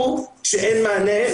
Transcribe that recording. זה מרגש בכל קנה מידה.